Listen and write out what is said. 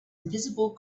invisible